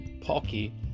Pocky